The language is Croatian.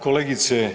Kolegice